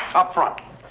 up front!